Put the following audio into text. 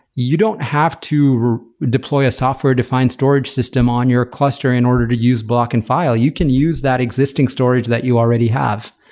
you don't have to deploy a software-defined storage system on your cluster in order to use block and file. you can use that existing storage that you already have.